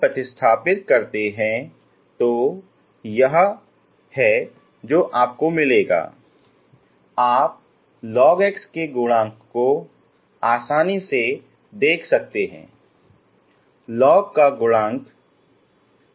logका गुणांक क्या है